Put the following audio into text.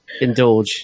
indulge